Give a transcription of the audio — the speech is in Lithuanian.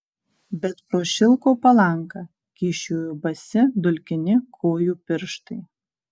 bet pro šilko palanką kyščiojo basi dulkini kojų pirštai